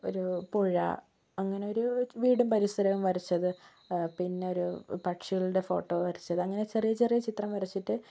ഒരു പുഴ അങ്ങനെയൊരു വീടും പരിസരവും വരച്ചത് പിന്നെയൊരു പക്ഷികളുടെ ഫോട്ടോ വരച്ചത് അങ്ങനെ ചെറിയ ചെറിയ ചിത്രം വരച്ചിട്ട്